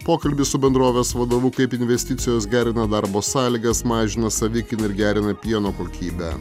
pokalbis su bendrovės vadovu kaip investicijos gerina darbo sąlygas mažina savikainą ir gerina pieno kokybę